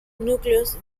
núcleos